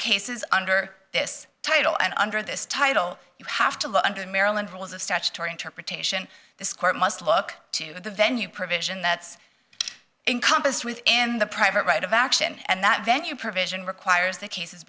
cases under this title and under this title you have to look under maryland rules of statutory interpretation this court must look to the venue provision that's encompassed within the private right of action and that venue provision requires that cases